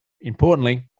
importantly